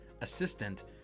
assistant